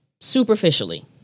superficially